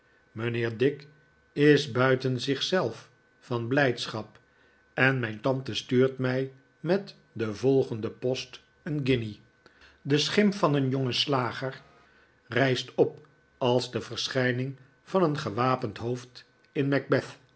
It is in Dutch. mijnheer dick is buiten zichzelf van blijdschap en mijn tante stuurt mij met de volgende post een guinje de schim van een jongen slager rijst op als de verschijning van een gewapend hoofd in